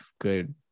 good